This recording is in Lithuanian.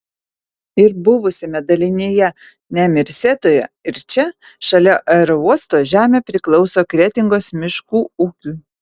ir buvusiame dalinyje nemirsetoje ir čia šalia aerouosto žemė priklauso kretingos miškų ūkiui